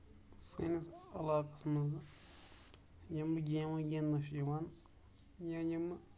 سٲنِس علاقس منٛز یِم گیمہٕ گِندنہٕ چھِ یِوان یا یِم